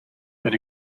that